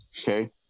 okay